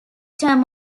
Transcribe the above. term